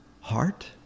heart